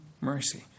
mercy